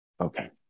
Okay